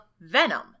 Venom